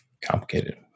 Complicated